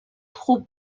خوب